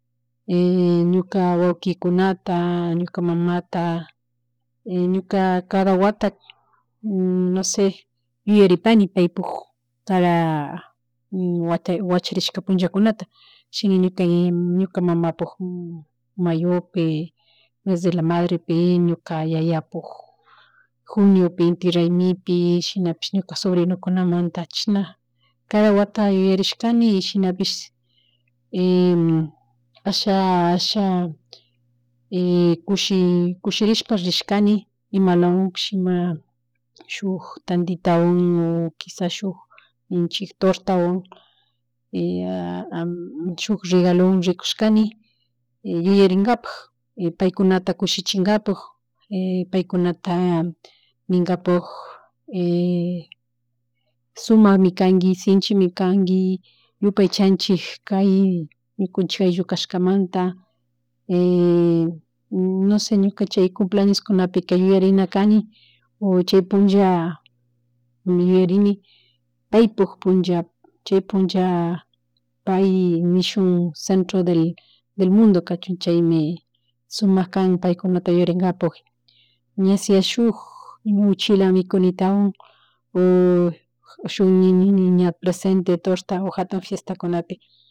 Ñuka wawkikunata, ñuka mamata, ñuka cada wata nose yuyaripani paypuk wata wacharishka punllata shina ñuka mamapuk mayopi, mes de la madrepi ñuka yayapuk, juniopi inti raymipi shunapish ñuka sobrinokunamata chashna cada wata yuyarishkani y shinapish y asha asha kushi kushirishpa rishkani imalawanpish ima shuk tandita o quishas shuck ninchik torta o shuk regalowan rikushkani yuyarikanpak y paykunata kushichikapak y paykunta ninkapuk sumakmi kanki, shinchimi kanki yupaychanchin kay ñukanchik ayllukashkamanta nose ñuka chay cumpleañoskunapi yuyarinakani chay punlla yuyarini paypuk punlla chay punlla pay nishun centro del mundo kachun chaymi sumak kan paykunata yuyarinkapu shuk uchila mikunitawan o shuk ña nini ña presente torta o jatun fietakunapi.